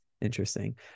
interesting